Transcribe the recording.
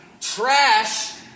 Trash